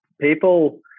people